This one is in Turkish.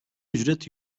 ücret